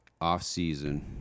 off-season